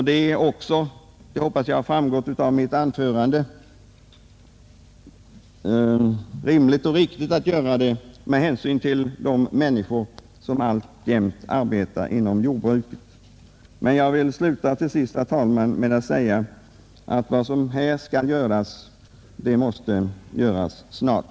Det är också — det hoppas jag har framgått av mitt anförande — rimligt och riktigt att göra det med hänsyn till de människor som alltjämt arbetar inom jordbruket. Allra sist vill jag understryka att vad som här skall göras måste göras snart.